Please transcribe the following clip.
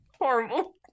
horrible